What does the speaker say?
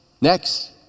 Next